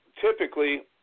typically